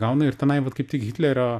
gauna ir tenai vat kaip tik hitlerio